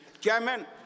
Chairman